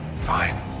Fine